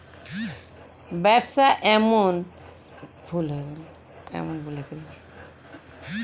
ব্যবসা এবং টাকা রোজগারের জন্য কফি, চা ইত্যাদি উদ্ভিদ চাষ করা হয়